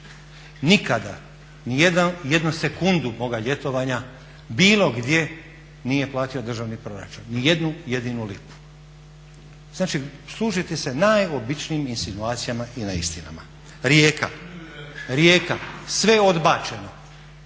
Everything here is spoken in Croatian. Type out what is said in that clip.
Nikada, ni jednu sekundu moga ljetovanja bilo gdje nije platio državni proračun, ni jednu, jedinu lipu. Znači služite se najobičnijih insinuacijama i neistinama. Rijeka, Rijeka, sve odbačeno.